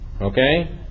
Okay